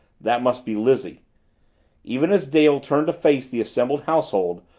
that must be lizzie even as dale turned to face the assembled household,